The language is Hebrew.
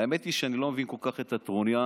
האמת היא שאני לא מבין כל כך את הטרוניה